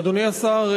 אדוני השר,